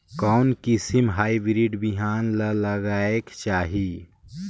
कोन किसम हाईब्रिड बिहान ला लगायेक चाही?